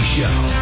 Show